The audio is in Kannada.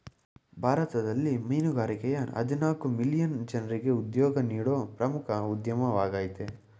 ಭಾರತದಲ್ಲಿ ಮೀನುಗಾರಿಕೆಯ ಹದಿನಾಲ್ಕು ಮಿಲಿಯನ್ ಜನ್ರಿಗೆ ಉದ್ಯೋಗ ನೀಡೋ ಪ್ರಮುಖ ಉದ್ಯಮವಾಗಯ್ತೆ